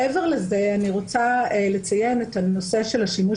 מעבר לזה אני רוצה לציין את הנושא של השימוש